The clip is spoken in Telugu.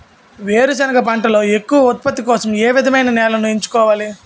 వేరుసెనగ పంటలో ఎక్కువ ఉత్పత్తి కోసం ఏ విధమైన నేలను ఎంచుకోవాలి?